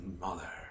mother